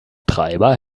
treiber